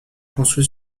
construit